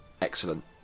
excellent